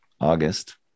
August